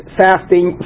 fasting